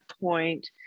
point